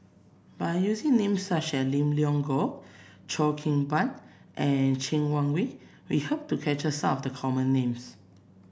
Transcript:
by using names such as Lim Leong Geok Cheo Kim Ban and Cheng Wai Keung we hope to capture some of the common names